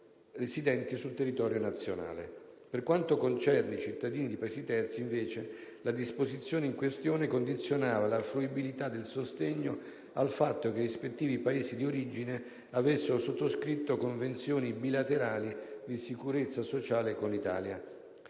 residenti sul territorio nazionale. Per quanto concerne i cittadini di Paesi terzi, invece, la disposizione in questione condizionava la fruibilità del sostegno al fatto che i rispettivi Paesi di origine avessero sottoscritto convenzioni bilaterali di sicurezza sociale con l'Italia.